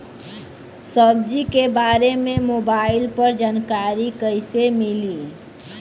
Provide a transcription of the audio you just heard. सब्जी के बारे मे मोबाइल पर जानकारी कईसे मिली?